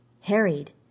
harried